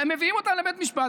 מביאים אותם לבית משפט,